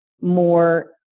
more